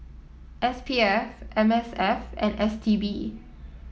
S P F M S F and S T B